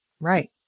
right